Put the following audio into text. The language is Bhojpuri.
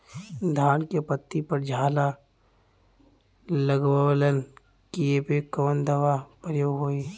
धान के पत्ती पर झाला लगववलन कियेपे कवन दवा प्रयोग होई?